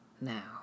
Now